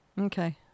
Okay